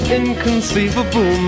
inconceivable